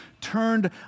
turned